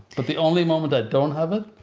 but the only moment i don't have it,